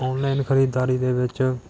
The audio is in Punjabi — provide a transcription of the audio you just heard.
ਔਨਲਾਈਨ ਖਰੀਦਦਾਰੀ ਦੇ ਵਿੱਚ